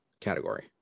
category